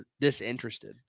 disinterested